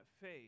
faith